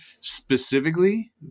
specifically